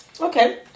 Okay